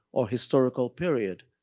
or historical period.